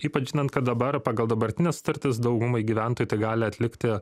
ypač žinant kad dabar pagal dabartines sutartis daugumai gyventojų tai gali atlikti